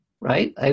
right